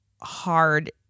hard